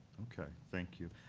ok, thank you.